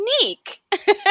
unique